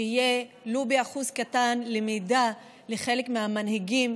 שיהיו ולו באחוז קטן למידה לחלק מהמנהיגים,